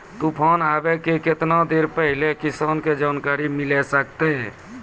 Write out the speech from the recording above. तूफान आबय के केतना देर पहिले किसान के जानकारी मिले सकते?